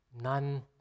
None